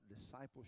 discipleship